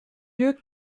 lieu